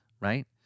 Right